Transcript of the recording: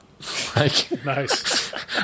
Nice